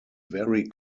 very